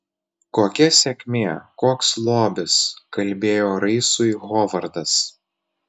kokia sėkmė koks lobis kalbėjo raisui hovardas